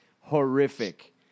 horrific